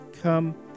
come